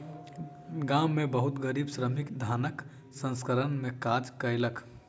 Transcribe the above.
गाम में बहुत गरीब श्रमिक धानक प्रसंस्करण में काज कयलक